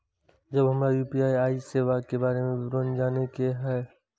जब हमरा यू.पी.आई सेवा के बारे में विवरण जाने के हाय?